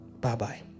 Bye-bye